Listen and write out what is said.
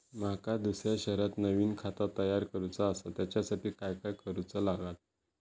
माका दुसऱ्या शहरात नवीन खाता तयार करूचा असा त्याच्यासाठी काय काय करू चा लागात?